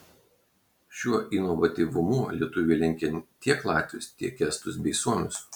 šiuo inovatyvumu lietuviai lenkia tiek latvius tiek estus bei suomius